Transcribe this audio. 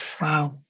Wow